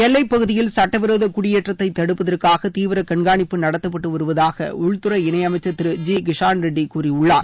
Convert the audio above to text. எல்லைப்பகுதியில் சட்டவிரோத குடியேற்றத்தை தடுப்பதற்காக தீவிர கண்காணிப்பு நடத்தப்பட்டு வருவதாக உள்துறை இணையமைச்சர் திரு ஜி கிஷான் ரெட்டி கூறியுள்ளார்